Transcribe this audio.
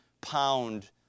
pound